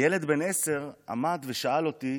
ילד בן עשר עמד ושאל אותי: